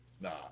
Nah